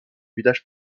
village